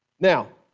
now